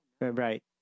Right